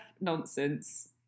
nonsense